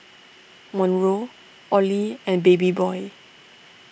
Monroe Olie and Babyboy